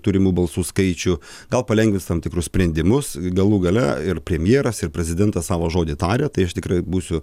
turimų balsų skaičių gal palengvins tam tikrus sprendimus galų gale ir premjeras ir prezidentas savo žodį tarė tai aš tikrai būsiu